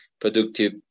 productive